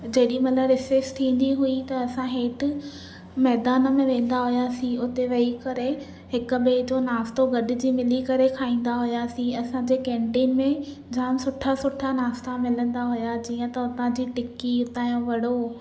जेॾी महिल रिसेस थींदी हुई त असां हेठि मैदान में वेंदा हुआसीं उते वेही करे हिक ॿिए जो नास्तो गॾजी मिली करे खाईंदा हुआसीं असां जे कैंटीन में जाम सुठा सुठा नाश्ता मिलंदा हुआ जीअं त हुतां जी टिकी उतां जो वड़ो